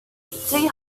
three